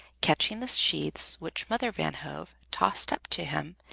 catching the sheaves which mother van hove tossed up to him,